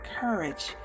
courage